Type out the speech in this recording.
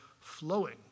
flowing